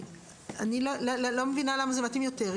אני לא מבינה למה זה מתאים יותר.